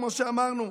כמו שאמרנו,